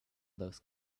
those